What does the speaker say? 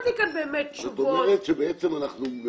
משרד הבריאות